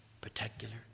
particular